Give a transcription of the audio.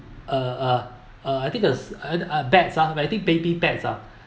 uh uh uh I think it's uh bats ah I think baby bats ah